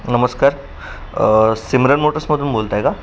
नमस्कार सिमरन मोटर्समधून बोलताय का